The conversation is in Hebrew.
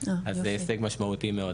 אז זה הישג משמעותי מאוד.